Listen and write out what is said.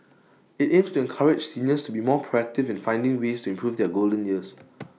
IT aims to encourage seniors to be more proactive in finding ways to improve their golden years